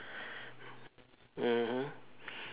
mmhmm